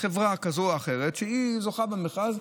חברה כזו או אחרת שזוכה במכרז,